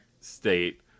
state